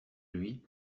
lui